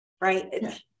right